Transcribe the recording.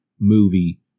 movie